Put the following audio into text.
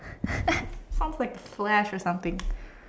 sounds like the flash or something